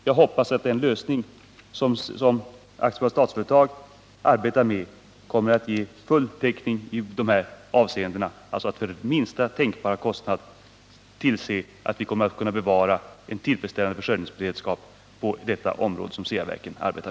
Jag hoppas att den lösning som Statsföretag arbetar med kommer att ge full täckning när det gäller att med minsta tänkbara kostnad tillse att vi kan bevara en tillfredsställande försörjningsberedskap på det område där Ceaverken arbetar.